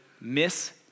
miss